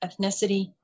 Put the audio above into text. ethnicity